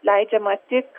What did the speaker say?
leidžiama tik